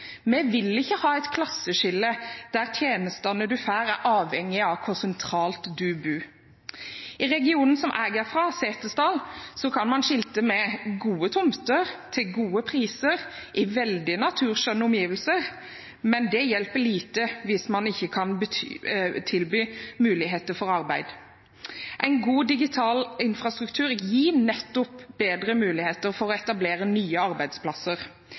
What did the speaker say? Vi vil ikke ha et klasseskille der tjenestene man får, er avhengig av hvor sentralt man bor. I regionen som jeg er fra, Setesdal, kan man skilte med gode tomter til gode priser i veldig naturskjønne omgivelser, men det hjelper lite hvis man ikke kan tilby muligheter for arbeid. En god digital infrastruktur gir nettopp bedre muligheter for å etablere nye arbeidsplasser.